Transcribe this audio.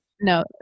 No